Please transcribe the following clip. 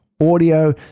Audio